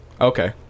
Okay